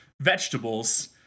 vegetables